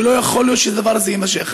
ולא יכול להיות שהדבר הזה יימשך.